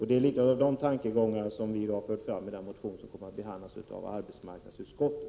Detta är tankegången i en motion som behandlas av arbetsmarknadsutskottet.